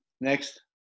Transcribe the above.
Next